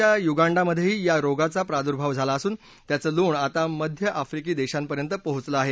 शेजारच्या युगांडामध्येही या रोगाचा प्रादुर्भाव झाला असून त्यांचं लोण आता मध्य अफ्रीकी देशांपर्यंत पोहोचलं आहे